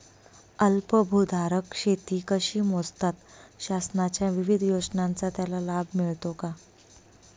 अल्पभूधारक शेती कशी मोजतात? शासनाच्या विविध योजनांचा त्याला लाभ मिळतो का?